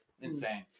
Insane